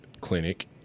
clinic